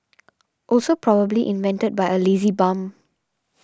also probably invented by a lazy bum